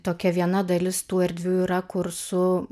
tokia viena dalis tų erdvių yra kur su